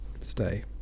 stay